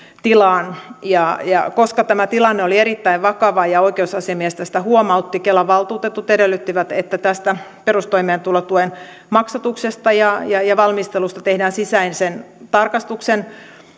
tilaan koska tämä tilanne oli erittäin vakava ja oikeusasiamies tästä huomautti kelan valtuutetut edellyttivät että perustoimeentulotuen maksatuksesta ja ja valmistelusta tehdään sisäisen tarkastuksen